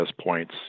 points